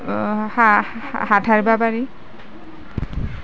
হা হাত সাৰিব পাৰি